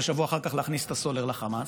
ושבוע אחר כך להכניס את הסולר לחמאס,